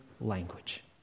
language